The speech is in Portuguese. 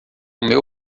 meu